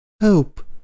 hope